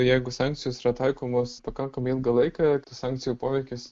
jeigu sankcijos yra taikomos pakankamai ilgą laiką sankcijų poveikis